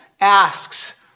asks